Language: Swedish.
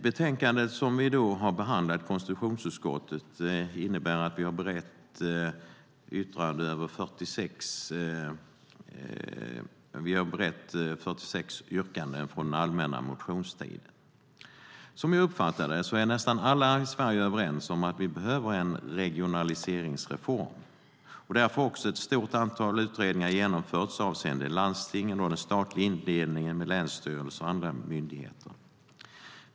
Betänkandet som vi har behandlat i konstitutionsutskottet är ett yttrande över 46 motioner från de allmänna motionstiderna 2011 och 2012. Som jag uppfattar det är nästan alla överens om att Sverige behöver en regionaliseringsreform. Därför har också ett stort antal utredningar genomförts avseende både landstingen och den statliga indelningen med länsstyrelser och andra myndigheter.